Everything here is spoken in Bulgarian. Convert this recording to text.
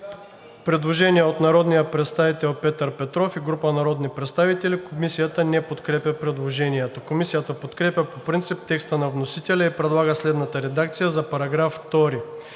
Предложение на народния представител Петър Петров и група народни представители. Комисията не подкрепя предложението. Комисията подкрепя по принцип текста на вносителя и предлага следната редакция за § 2: „§ 2.